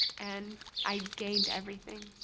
and i gained everything.